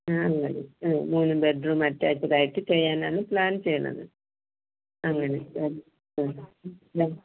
ആ അത് മതി മൂന്ന് ബെഡ് റൂം അറ്റാച്ചിടായിട്ട് ചെയ്യാനാണ് പ്ലാൻ ചെയ്യണത് അങ്ങനെ ആഹ്